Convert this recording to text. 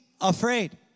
afraid